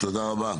תודה רבה.